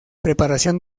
preparación